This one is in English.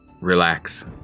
relax